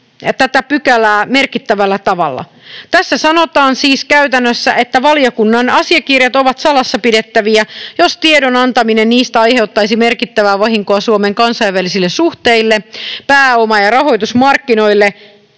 merkittävällä tavalla. Tässä sanotaan siis käytännössä, että ”valiokunnan asiakirjat ovat salassa pidettäviä, jos tiedon antaminen niistä aiheuttaisi merkittävää vahinkoa Suomen kansainvälisille suhteille, pääoma- ja rahoitusmarkkinoille